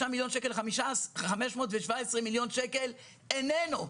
517-203 מיליון שקל איננו.